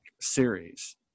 series